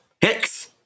Hicks